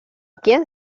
quién